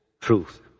truth